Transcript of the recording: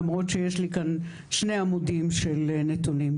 למרות שיש לי כאן שני עמודים של נתונים.